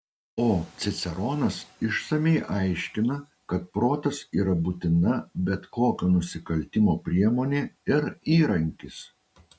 o ciceronas išsamiai aiškina kad protas yra būtina bet kokio nusikaltimo priemonė ir įrankis